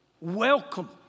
Welcome